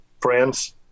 friends –